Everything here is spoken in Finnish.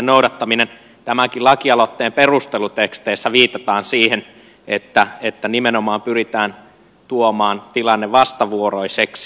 tämänkin lakialoitteen perusteluteksteissä viitataan siihen että nimenomaan pyritään tuomaan tilanne vastavuoroiseksi